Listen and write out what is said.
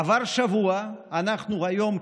עבר שבוע ואנחנו היום,